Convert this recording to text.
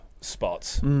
spots